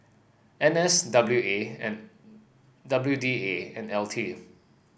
N S W A and W D A and L T